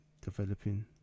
developing